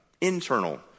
internal